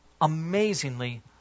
amazingly